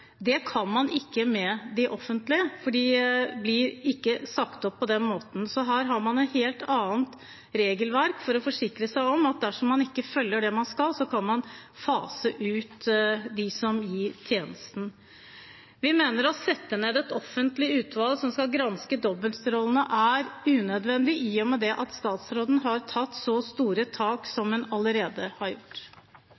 Det kan man ikke med de offentlige, for de blir ikke sagt opp på den måten. Her har man et helt annet regelverk for å forsikre seg om at dersom de ikke følger det man skal, kan man fase ut dem som gir tjenesten. Vi mener at å sette ned et offentlig utvalg som skal granske dobbeltrollene, er unødvendig i og med at statsråden har tatt så store tak som